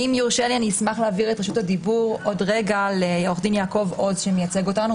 אשמח להעביר את רשות הדיבור עוד רגע לעו"ד יעקב עוז שמייצג אותנו,